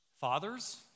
Fathers